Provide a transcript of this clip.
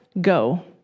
Go